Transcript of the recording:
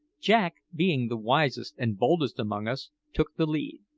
jack, being the wisest and boldest among us, took the lead,